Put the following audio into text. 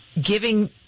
Giving